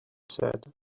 said